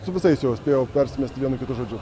su visais jau spėjau persimesti vienu kitu žodžiu